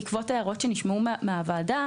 בעקבות הערות שנשמעו מהוועדה,